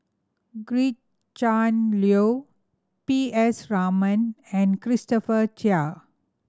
Gretchen Liu P S Raman and Christopher Chia